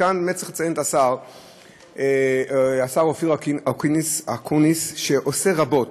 כאן צריך לציין את השר אופיר אקוניס, שעושה רבות,